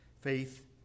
faith